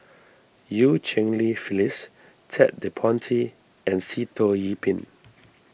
Eu Cheng Li Phyllis Ted De Ponti and Sitoh Yih Pin